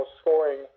scoring